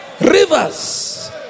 rivers